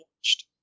watched